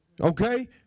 Okay